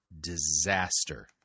disaster